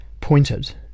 pointed